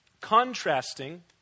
contrasting